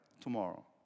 Tomorrow